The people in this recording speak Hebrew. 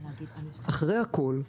אחרי הכול,